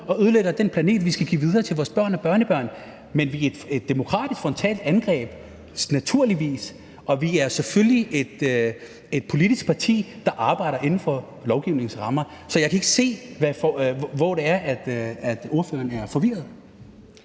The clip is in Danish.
og ødelægger den planet, vi skal give videre til vores børn og børnebørn. Men vi er et demokratisk frontalt angreb, naturligvis, og vi er selvfølgelig et politisk parti, der arbejder inden for lovgivningens rammer. Så jeg kan ikke se, hvor det er, ordføreren er forvirret.